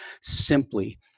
simply